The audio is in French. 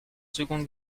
seconde